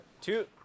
Two